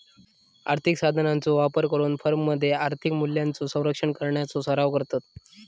आर्थिक साधनांचो वापर करून फर्ममध्ये आर्थिक मूल्यांचो संरक्षण करण्याचो सराव करतत